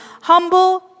humble